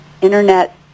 Internet